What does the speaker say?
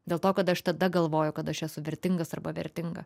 dėl to kad aš tada galvoju kad aš esu vertingas arba vertinga